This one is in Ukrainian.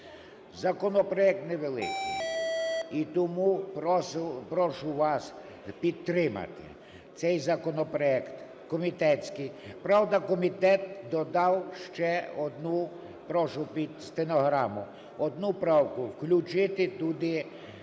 Законопроект невеликий, і тому прошу вас підтримати цей законопроект комітетський. Правда, комітет додав ще одну, прошу під